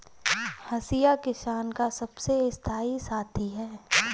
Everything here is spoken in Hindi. हंसिया किसान का सबसे स्थाई साथी है